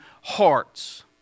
hearts